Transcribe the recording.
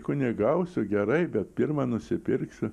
kunigausiu gerai bet pirma nusipirksiu